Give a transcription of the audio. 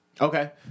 Okay